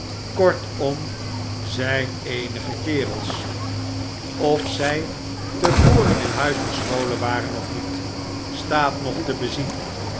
kortom zijn eenige kerels of zij te voren in huis verscholen waren of niet staat nog te bezien